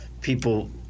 people